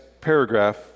paragraph